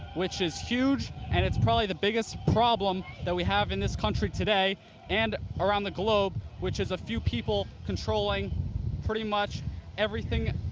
which is huge, and it's probably the biggest problem we have in this country today and around the globe, which is a few people controlling pretty much everything,